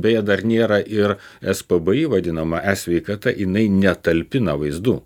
beje dar nėra ir spbi vadinama e sveikata jinai netalpina vaizdų